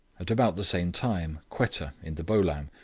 at about the same time, quetta, in the bolam,